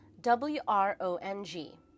w-r-o-n-g